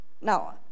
Now